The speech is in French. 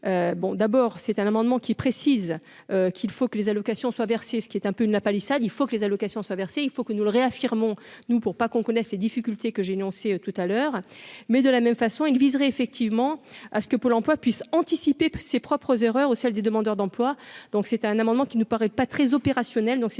amendement qui précise qu'il faut que les allocations soient versées, ce qui est un peu une lapalissade : il faut que les allocations soient versées, il faut que nous le réaffirmons nous pour pas qu'on connaît ces difficultés que j'ai annoncé tout à l'heure, mais de la même façon il viserait effectivement à ce que Pôle emploi puisse anticiper ses propres erreurs ou celle des demandeurs d'emploi, donc c'était un amendement qui ne paraît pas très opérationnel,